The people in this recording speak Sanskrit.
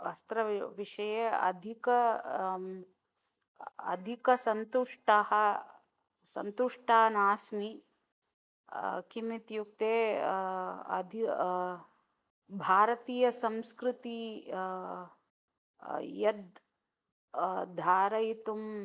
वस्त्रवि विषये अधिक अधिकसन्तुष्टः सन्तुष्टा नास्मि किम् इत्युक्ते अधि भारतीयसंस्कृतिः यद् धारयितुम्